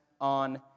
on